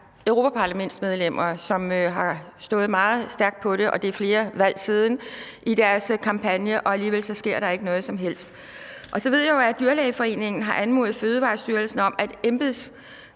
europaparlamentsmedlemmer, som har stået meget stærkt på det – og det er flere valg siden – i deres kampagne, og alligevel sker der ikke noget som helst. Så ved jeg jo, at Dyrlægeforeningen har anmodet Fødevarestyrelsen om, at